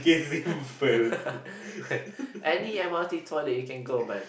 any m_r_t toilet you can go man